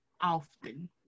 often